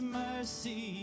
mercy